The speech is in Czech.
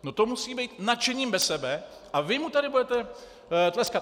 No to musí být nadšením bez sebe a vy mu tady budete tleskat.